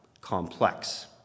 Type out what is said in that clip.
complex